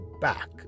back